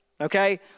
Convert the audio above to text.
okay